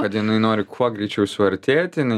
kad jinai nori kuo greičiau suartėt jinai